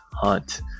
hunt